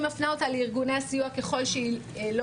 היא מפנה אותה לארגוני הסיוע ככל שהיא לא